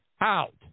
out